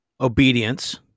obedience